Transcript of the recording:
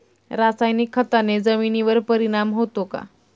रासायनिक खताने जमिनीवर परिणाम होतो का?